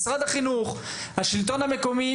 משרד החינוך והשלטון המקומי,